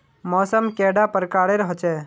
मौसम कैडा प्रकारेर होचे?